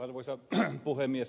arvoisa puhemies